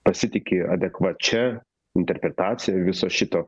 pasitiki adekvačia interpretacija viso šito